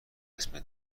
اسم